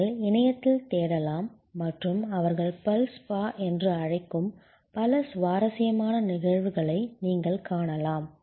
நீங்கள் இணையத்தில் தேடலாம் மற்றும் அவர்கள் பல் ஸ்பா என்று அழைக்கும் பல சுவாரஸ்யமான நிகழ்வுகளை நீங்கள் காணலாம்